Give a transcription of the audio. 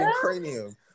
cranium